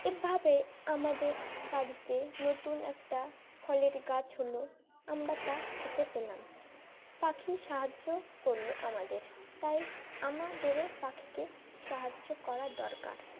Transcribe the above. এভাবে আমাদের বাড়িতে নতুন একটা ফলের গাছ হলো আমরা তা খেতে পেলাম পাখি সাহায্য করলো আমাদের তাই আমাদেরও পাখিকে সাহায্য করা দরকার